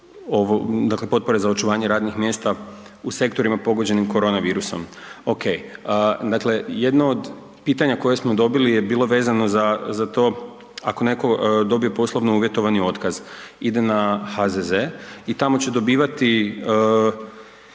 potpore za očuvanje radnih mjesta u sektorima pogođenim koronavirusom. Okej. Dakle jedno od pitanja koje smo dobili je bilo vezano za, za to ako neko dobije poslovno uvjetovani otkaz ide na HZZ i tamo će dobivati,